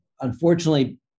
Unfortunately